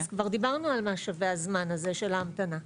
אז כבר דיברנו על מה שווה הזמן הזה של ההמתנה.